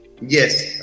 Yes